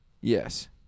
yes